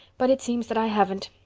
but it seems that i haven't.